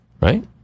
right